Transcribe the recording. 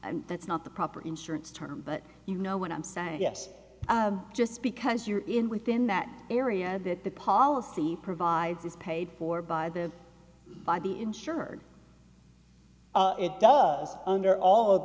and that's not the proper insurance term but you know what i'm saying yes just because you're in within that area that the policy provides is paid for by the by be insured it does under all of